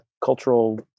cultural